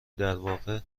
درواقع